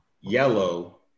yellow